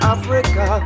Africa